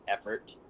effort